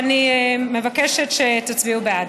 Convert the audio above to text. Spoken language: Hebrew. אני מבקשת שתצביעו בעד.